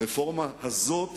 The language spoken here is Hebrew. הרפורמה הזאת,